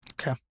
Okay